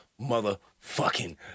motherfucking